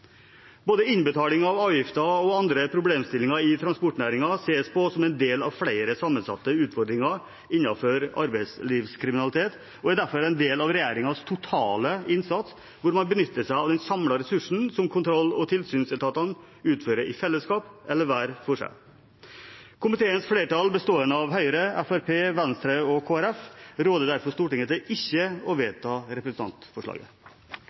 Både innbetaling av avgifter og andre problemstillinger i transportnæringen ses på som en del av flere sammensatte utfordringer innenfor arbeidslivskriminalitet og er derfor en del av regjeringens totale innsats, der man benytter seg av den samlede ressursen som kontroll- og tilsynsetatene utfører i fellesskap eller hver for seg. Komiteens flertall, bestående av Høyre, Fremskrittspartiet, Venstre og Kristelig Folkeparti, råder derfor Stortinget til ikke å vedta representantforslaget.